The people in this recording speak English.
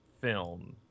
film